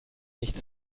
nicht